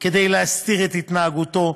כדי להסתיר את התנהגותו,